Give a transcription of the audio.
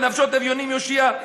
ונפשות אביונים יושיע,